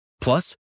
Plus